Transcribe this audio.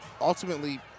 ultimately –